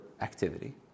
activity